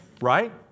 Right